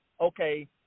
okay